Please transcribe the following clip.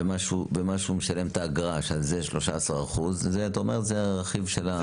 ומה שהוא משלם את האגרה שעל זה יש 13% זה אתה אומר זה הרכיב של הזה.